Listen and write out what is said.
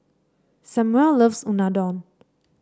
Samual loves Unadon